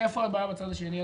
איפה הבעיה בצד השני?